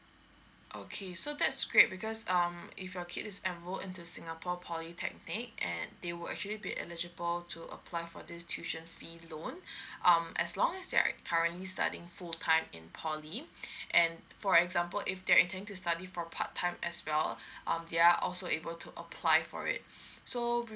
okay so that's great because um if your kid is enrolled into singapore polytechnic and they will actually be eligible to apply for this tuition fee loan um as long as they are currently studying full time in poly and for example if they're intent to study for part time as well um they're also able to apply for it so